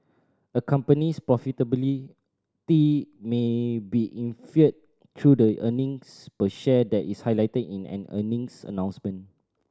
a company's profitability may be inferred through the earnings per share that is highlighted in an earnings announcement